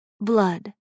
Blood